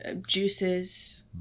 juices